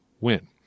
win